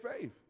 faith